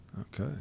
Okay